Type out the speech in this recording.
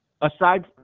aside